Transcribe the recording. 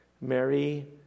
Mary